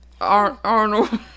Arnold